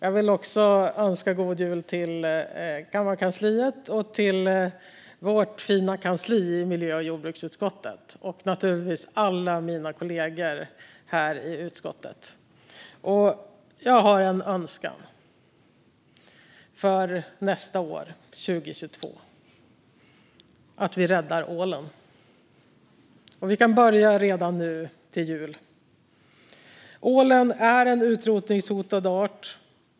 Jag vill också önska god jul till kammarkansliet och till vårt fina kansli i miljö och jordbruksutskottet och naturligtvis till alla mina kollegor i utskottet. Jag har en önskan för nästa år, 2022: att vi räddar ålen. Vi kan börja redan nu till jul. Ålen är en utrotningshotad art.